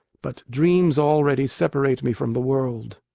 but dreams already separate me from the world.